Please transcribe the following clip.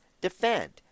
defend